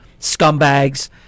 scumbags